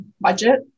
budget